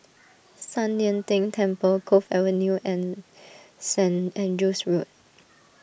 San Lian Deng Temple Cove Avenue and Saint Andrew's Road